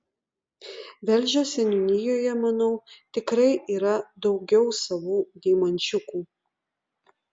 velžio seniūnijoje manau tikrai yra daugiau savų deimančiukų